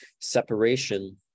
Separation